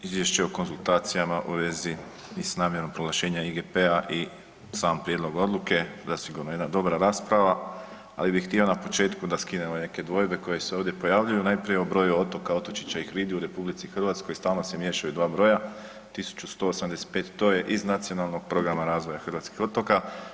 Izvješće o konzultacijama u vezi i s namjerom proglašenja IGP-a i sam prijedlog odluke zasigurno je jedna dobra rasprava, ali bi htio na početku da skinemo neke dvojbe koje se ovdje pojavljuju, najprije o broju otoka, otočića i hridi u RH stalno se miješaju dva broja 1.185 to je iz Nacionalnog programa razvoja hrvatskih otoka.